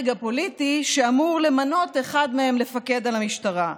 הפוליטי שאמור למנות אחד מהם לפקד על המשטרה.